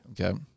Okay